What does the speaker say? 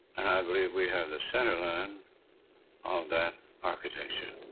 believe we have the center line of that architecture.